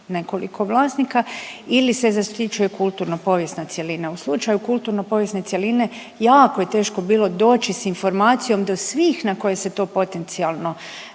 nekoliko vlasnika ili se zaštićuje kulturno povijesna cjelina. U slučaju kulturno povijesne cjeline jako je teško bilo doći s informacijom do svih na koje se to potencijalno